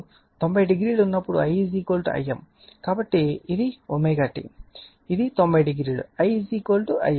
కాబట్టి ఇది ω t ఇది 900 I I m